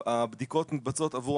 הבדיקות מתבצעות עבור